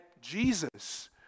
Jesus